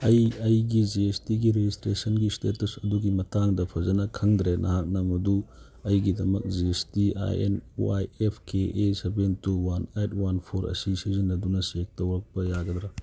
ꯑꯩ ꯑꯩꯒꯤ G S ꯇꯤꯒꯤ ꯔꯦꯖꯤꯁꯇ꯭ꯔꯦꯁꯟꯒꯤ ꯁ꯭ꯇꯦꯇꯁ ꯑꯗꯨꯒꯤ ꯃꯇꯥꯡꯗ ꯐꯖꯅ ꯈꯪꯗ꯭ꯔꯦ ꯅꯍꯥꯛꯅ ꯃꯗꯨ ꯑꯩꯒꯤꯗꯃꯛ G S T I N Y F K A seven two one eight one four ꯑꯁꯤ ꯁꯤꯖꯤꯟꯅꯗꯨꯅ ꯆꯦꯛ ꯇꯧꯔꯛꯄ ꯌꯥꯒꯗ꯭ꯔ